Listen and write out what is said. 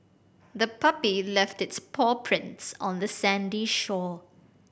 the puppy left its paw prints on the sandy shore